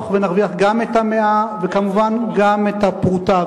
ונרוויח גם את המאה וכמובן גם את הפרוטה.